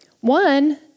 One